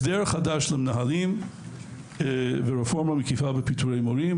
הסדר חדש למנהלים; 5) רפורמה מקיפה בפיטורי מורים.